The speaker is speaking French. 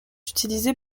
utilisé